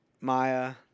Maya